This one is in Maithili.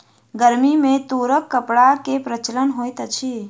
गर्मी में तूरक कपड़ा के प्रचलन होइत अछि